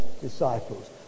disciples